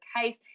case